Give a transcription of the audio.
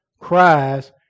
cries